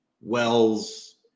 wells